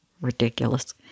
ridiculous